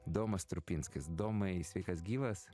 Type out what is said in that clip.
domas strupinskas domai sveikas gyvas